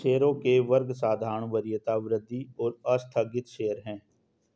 शेयरों के वर्ग साधारण, वरीयता, वृद्धि और आस्थगित शेयर हैं